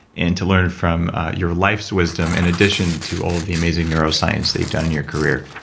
and to learn from your life's wisdom, in addition to all the amazing neuroscience that you've done in your career.